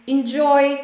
Enjoy